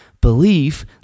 Belief